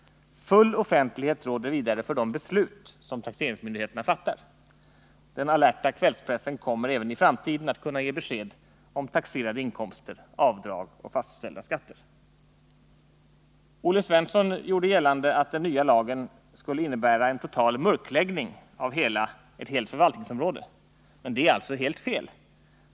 Full offentlighet råder vidare för de beslut som taxeringsmyndigheterna fattar. Den alerta kvällspressen kommer även i framtiden att kunna ge besked om taxerade inkomster, avdrag och fastställda skatter. Olle Svensson gjorde gällande att den nya lagen skulle innebära en total ”mörkläggning” av ett helt förvaltningsområde. Men det är alltså helt fel.